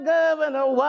Governor